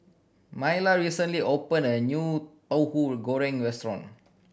Myla recently opened a new Tauhu Goreng restaurant